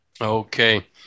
Okay